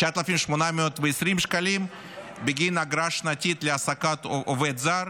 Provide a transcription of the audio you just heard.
ו-9,820 שקלים בגין אגרה שנתית להעסקת עובד זר